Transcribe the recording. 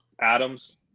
Adams